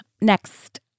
Next